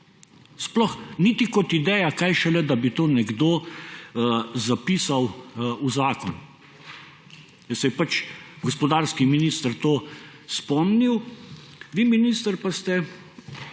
ideja. Niti kot ideja, kaj šele, da bi to nekdo zapisal v zakon. Da se je gospodarski minister to spomnil, vi, minister, pa ste,